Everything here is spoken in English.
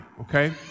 Okay